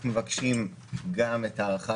אנחנו נוסיף תנאי שזה רק בתנאי שהמחוסן בעצמו במעין השעיה,